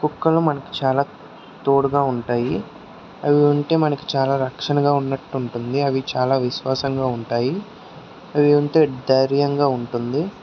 కుక్కలు మనకు చాలా తోడుగా ఉంటాయి అవి ఉంటే మనకి చాలా రక్షణగా ఉన్నట్టు ఉంటుంది అవి చాల విశ్వాసంగా ఉంటాయి అవి ఉంటే ధైర్యంగా ఉంటుంది